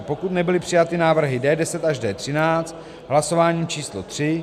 pokud nebyly přijaty návrhy D10 až D13 hlasováním č. tři